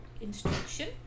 instruction